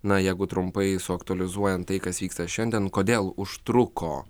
na jeigu trumpai su aktualizuojant tai kas vyksta šiandien kodėl užtruko